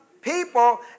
people